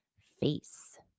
face